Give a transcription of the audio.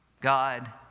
God